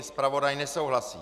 Zpravodaj nesouhlasí.